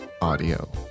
audio